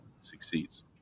succeeds